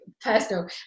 personal